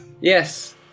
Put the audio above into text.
Yes